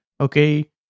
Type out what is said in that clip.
okay